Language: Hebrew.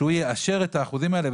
ושהוא יאשר את האחוזים האלה,